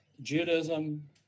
Judaism